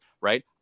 Right